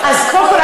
קודם כול,